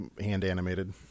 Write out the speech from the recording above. hand-animated